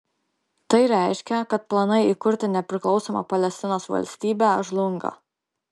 tai reiškia kad planai įkurti nepriklausomą palestinos valstybę žlunga